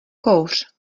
kouř